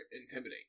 Intimidate